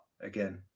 again